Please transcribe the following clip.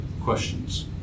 questions